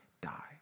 die